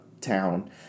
town